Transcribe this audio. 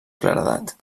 claredat